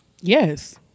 Yes